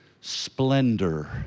splendor